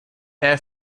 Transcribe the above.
air